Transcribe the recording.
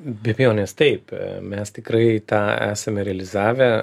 be vėl nes taip mes tikrai tą esame realizavę